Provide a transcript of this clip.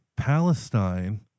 Palestine